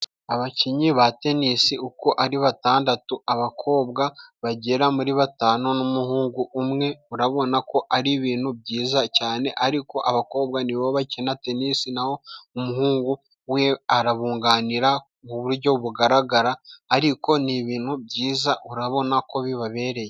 Abakinnyi ba tenisi uko ari batandatu, abakobwa bagera muri batanu n'umuhungu umwe. Urabona ko ari ibintu byiza cyane, ariko abakobwa nibo bakina tenisi. Na ho umuhungu we arabunganira ku buryo bugaragara, ariko ni ibintu byiza urabona ko bibabereye.